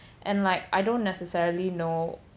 and like I don't necessarily know